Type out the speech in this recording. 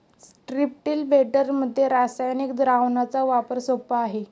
स्ट्रिप्टील बेडमध्ये रासायनिक द्रावणाचा वापर सोपा आहे